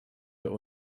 der